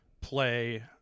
play